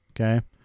okay